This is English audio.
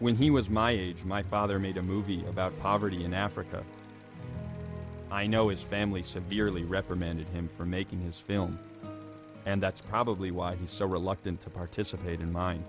when he was my age my father made a movie about poverty in africa i know it's family severely reprimanded him for making his film and that's probably why he's so reluctant to participate in mind